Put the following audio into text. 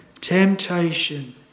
temptation